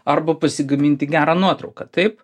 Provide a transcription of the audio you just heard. arba pasigaminti gerą nuotrauką taip